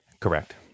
Correct